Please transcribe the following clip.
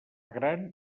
gran